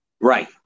Right